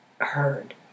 heard